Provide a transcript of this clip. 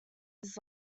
his